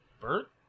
Bert